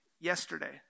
yesterday